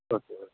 okay okay